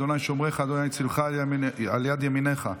ה' שֹׁמְרך ה' צלך על יד ימינך.